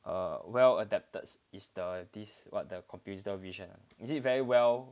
uh well adapted is the this what the computer vision is it very well